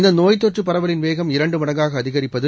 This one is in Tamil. இந்த நோய் தொற்று பரவலின் வேகம் இரண்டு மடங்காக அதிகரிப்பது